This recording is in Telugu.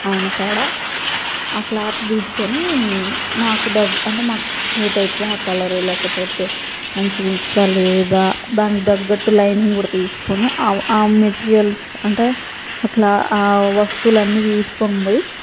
ఆయన కాడ ఆ క్లాత్ తీసుకొని మాకు డబ్ అంటే మాకు సూట్ అవుతుందా ఆ కలరు లేకపోతే మంచిగా ఉంటుందా లేదా దానికి దగ్గట్టు లైనింగ్ కూడా తీసుకొని ఆ మెటీరియల్స్ అంటే ఆ క్లా ఆ వస్తువులన్నీ తీసుకొని పోయి